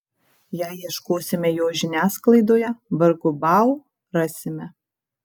jei ieškosime jo žiniasklaidoje vargu bau rasime